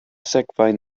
sekvaj